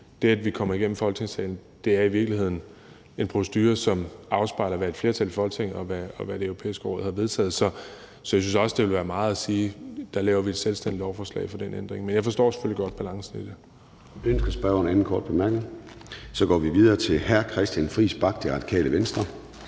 EU. At det kommer igennem Folketingssalen, er i virkeligheden en procedure, som afspejler, hvad et flertal i Folketinget, og hvad Det Europæiske Råd har vedtaget. Så jeg synes også, at det ville være lidt meget at lave et selvstændigt lovforslag med den ændring. Men jeg forstår selvfølgelig godt balancen i det.